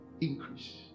increase